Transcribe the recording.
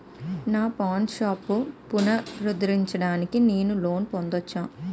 నా పాన్ షాప్ని పునరుద్ధరించడానికి నేను లోన్ పొందవచ్చా?